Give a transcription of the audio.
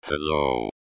Hello